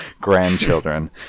grandchildren